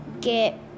get